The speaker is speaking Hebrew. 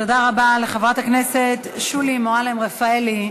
תודה רבה לחברת הכנסת שולי מועלם-רפאלי.